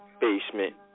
basement